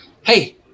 hey